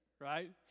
right